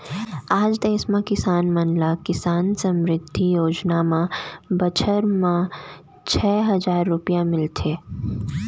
आज देस म किसान मन ल किसान समृद्धि योजना म बछर म छै हजार रूपिया मिलत हे